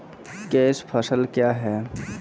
Cash फसल क्या हैं?